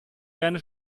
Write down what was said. gerne